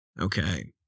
Okay